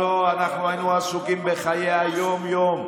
לא, אנחנו היינו עסוקים בחיי היום-יום.